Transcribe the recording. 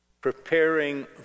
preparing